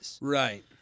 Right